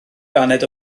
baned